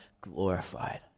glorified